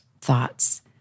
thoughts